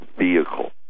vehicle